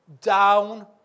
down